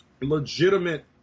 legitimate